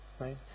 right